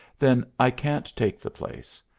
then i can't take the place.